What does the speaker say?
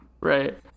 Right